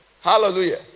Hallelujah